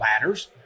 ladders